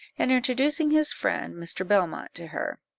and introducing his friend mr. belmont to her.